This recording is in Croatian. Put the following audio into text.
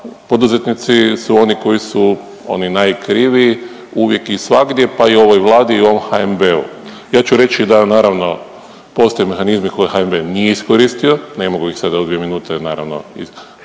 poduzetnici su oni koji su oni najkriviji uvijek i svagdje pa i u ovoj Vladi i u ovom HNB-u. Ja ću reći da naravno postoje mehanizmi koje HNB nije iskoristio ne mogu ih ovdje sad u 2 minute naravno iskomentirati,